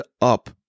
up